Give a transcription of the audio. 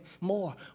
More